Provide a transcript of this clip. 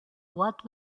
what